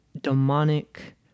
demonic